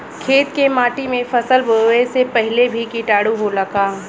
खेत के माटी मे फसल बोवे से पहिले भी किटाणु होला का?